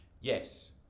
Yes